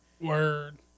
Word